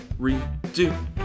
redo